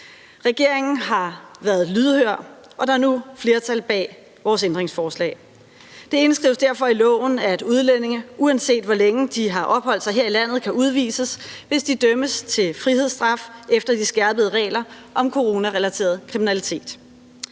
Regeringen har været lydhør, og der er nu flertal bag vores ændringsforslag. Det indskrives derfor i loven, at udlændinge, uanset hvor længe de har opholdt sig her i landet, kan udvises, hvis de dømmes til frihedsstraf, efter de skærpede regler om coronarelateret kriminalitet.